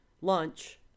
lunch